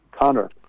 Connor